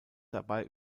dabei